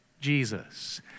Jesus